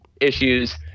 issues